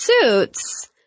suits